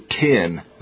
ten